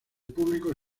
público